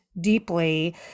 deeply